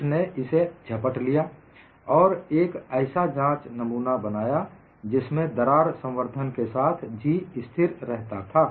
कुछ ने इसे झपट लिया और एक ऐसा जांच नमूना बनाया जिसमें दरार संवर्धन के साथ G स्थिर रहता था